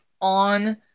on